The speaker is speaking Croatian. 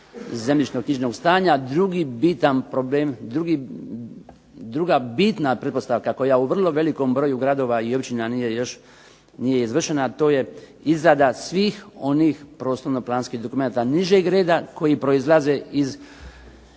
zemljišno-knjižnog stanja, drugi bitan problem, druga bitna pretpostavka koja u vrlo velikom broju gradova i općina nije još, nije izvršena to je izrada svih onih prostorno-planskih dokumenata nižeg reda koji proizlaze iz,